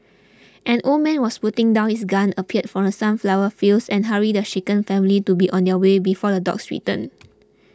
an old man was putting down his gun appeared from sunflower fields and hurried the shaken family to be on their way before the dogs return